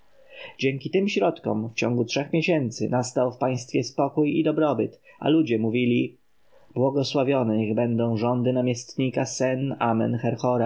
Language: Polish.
dzięki tym środkom w ciągu trzech miesięcy nastał w państwie spokój i dobrobyt a ludzie mówili błogosławione niech będą rządy namiestnika san-amen-herhora